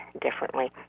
differently